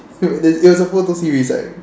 there it was a photo series